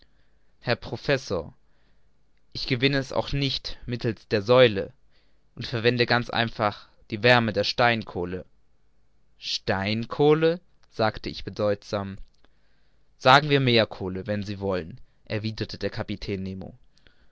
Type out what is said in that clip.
herr professor ich gewinne es auch nicht mittelst der säule und verwende ganz einfach die wärme der steinkohle steinkohle sagte ich bedeutsam sagen wir meerkohle wenn sie wollen erwiderte der kapitän